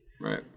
Right